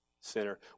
sinner